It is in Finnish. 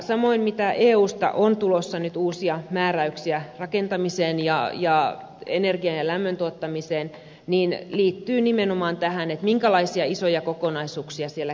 samoin se mitä eusta on tulossa nyt uusia määräyksiä rakentamiseen ja energian ja lämmön tuottamiseen liittyy nimenomaan tähän minkälaisia isoja kokonaisuuksia siellä käsittelemme